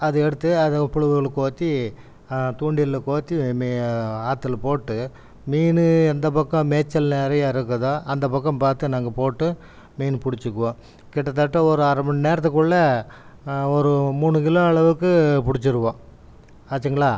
அது எடுத்து அதை புழுகளை கோத்து தூண்டிலில் கோத்தி மே ஆத்தில் போட்டு மீன் எந்த பக்கம் மேய்ச்சல் நிறையா இருக்குதோ அந்த பக்கம் பார்த்து நாங்கள் போட்டு மீன் பிடிச்சிக்குவோம் கிட்டத்தட்ட ஒரு அரை மணி நேரத்துக்குள்ளே ஒரு மூணு கிலோ அளவுக்கு பிடிச்சிருவோம் ஆச்சுங்களா